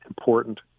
important